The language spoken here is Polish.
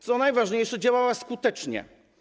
Co najważniejsze, działała skutecznie.